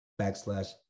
backslash